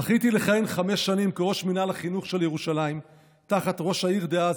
זכיתי לכהן חמש שנים כראש מינהל החינוך של ירושלים תחת ראש העיר דאז,